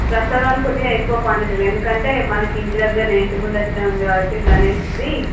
ప్రసాదాలు కొద్దిగా ఎక్కువ క్వాంటిటీలో ఎందుకంటే మనకు ఇంటి దగ్గరనే ఇంటి ముందుట్నే ఉంది కాబట్టి గణేష్ ది